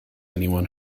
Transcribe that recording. anyone